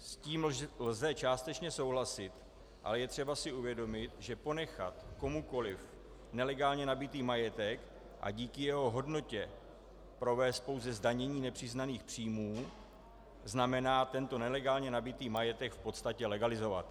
S tím lze částečně souhlasit, ale je třeba si uvědomit, že ponechat komukoli nelegálně nabytý majetek a díky jeho hodnotě provést pouze zdanění nepřiznaných příjmů znamená tento nelegálně nabytý majetek v podstatě legalizovat.